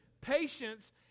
patience